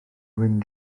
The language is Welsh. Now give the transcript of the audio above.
wyn